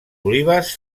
olives